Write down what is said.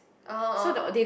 ah ah ah